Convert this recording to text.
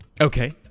Okay